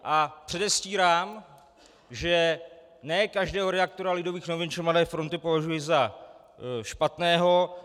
A předestírám, že ne každého redaktora Lidových novin či Mladé fronty považuji za špatného.